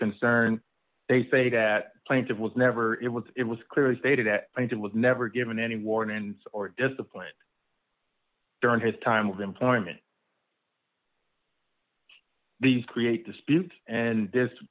concern they say that plaintive was never it was it was clearly stated that it was never given any warnings or discipline during his time of employment these create dispute and this